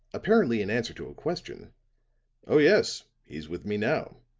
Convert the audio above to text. apparently in answer to a question oh, yes, he's with me now.